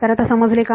तर आता समजले का